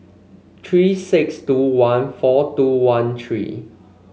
three six two one four two one three